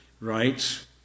rights